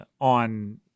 on